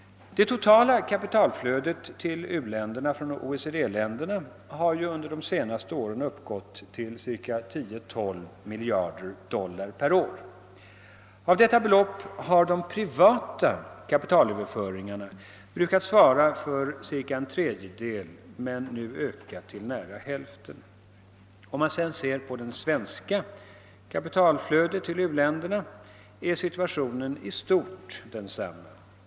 Det totala kapitalflödet till u-länderna från OECD-länderna har under de senaste åren uppgått till 10—12 miljarder dollar per år. Av detta belopp har de privata kapitalöverföringarna brukat svara för cirka en tredjedel men har nu ökat till nära hälften. Om man sedan ser på det svenska kapitalflödet till u-länderna är situationenistort densam ma.